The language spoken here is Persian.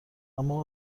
اما